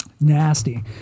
Nasty